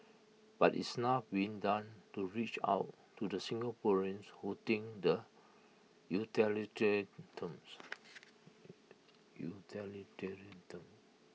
but is enough being done to reach out to the Singaporeans who think the utilitarian terms utilitarian terms